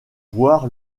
voir